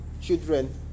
children